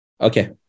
Okay